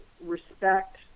respect